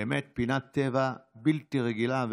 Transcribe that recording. זו באמת פינת טבע בלתי רגילה.